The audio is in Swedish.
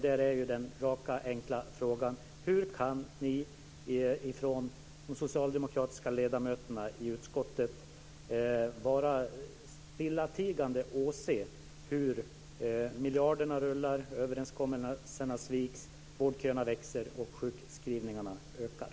Min raka och enkla fråga är: Hur kan de socialdemokratiska ledamöterna i utskottet stillatigande åse hur miljarderna rullar, överenskommelserna sviks, vårdköerna växer och sjukskrivningarna ökar?